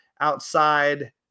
outside